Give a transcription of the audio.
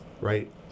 right